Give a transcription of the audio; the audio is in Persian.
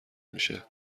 میشه